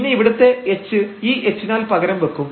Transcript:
പിന്നെ ഇവിടുത്തെ h ഈ h നാൽ പകരം വെക്കും